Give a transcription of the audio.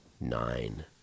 nine